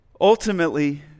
ultimately